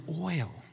oil